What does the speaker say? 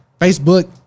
Facebook